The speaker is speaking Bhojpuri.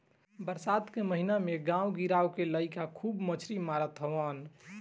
बरसात के महिना में गांव गिरांव के लईका खूब मछरी मारत हवन